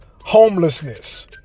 homelessness